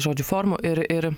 žodžių formų ir ir